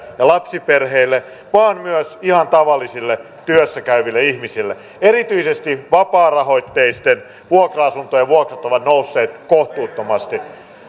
ja lapsiperheille vaan myös ihan tavallisille työssä käyville ihmisille erityisesti vapaarahoitteisten vuokra asuntojen vuokrat ovat nousseet kohtuuttomasti